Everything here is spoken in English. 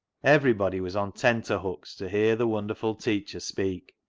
everybody was on tenter-hooks to hear the wonderful teacher speak,